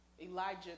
Elijah